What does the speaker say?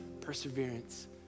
perseverance